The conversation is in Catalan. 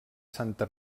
santa